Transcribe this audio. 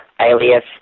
alias